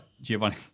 Giovanni